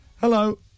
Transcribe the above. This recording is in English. hello